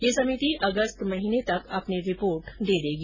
यह समिति अगस्त माह तक अपनी रिपोर्ट दे देगी